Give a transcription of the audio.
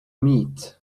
meat